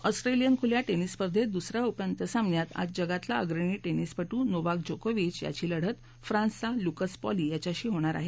Australian खुल्या tennis स्पर्धेत दुसऱ्या उपान्त्य सामन्यात आज जगातला अग्रणी टेनिसपटू नोवाक जोकोविच याची लढत फ्रान्सचा लुकास पाउली याच्याशी होणार आहे